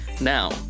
Now